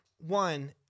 one